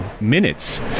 minutes